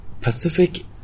Pacific